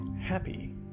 happy